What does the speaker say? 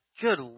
good